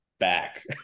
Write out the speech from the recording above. back